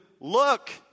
look